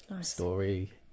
story